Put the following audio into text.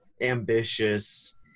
ambitious